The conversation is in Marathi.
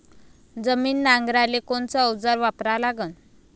जमीन नांगराले कोनचं अवजार वापरा लागन?